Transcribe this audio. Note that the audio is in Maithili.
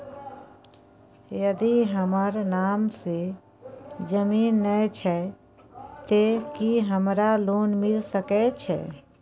यदि हमर नाम से ज़मीन नय छै ते की हमरा लोन मिल सके छै?